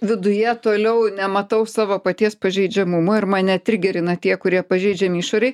viduje toliau nematau savo paties pažeidžiamumo ir mane trigerina tie kurie pažeidžiami išorėj